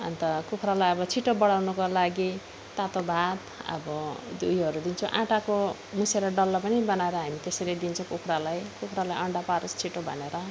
अन्त कुखुरालाई अब छिटो बढाउनुको लागि तातो भात अब ऊ योहरू दिन्छौँ आटाको मुसेर डल्लो पनि बनाएर हामी त्यसरी दिन्छु कुखुरालाई कुखुराले अन्डा पारोस् छिटो भनेर